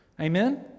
Amen